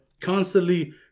Constantly